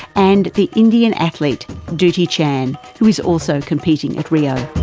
and the indian athlete dutee chand, who is also competing at rio.